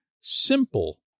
simple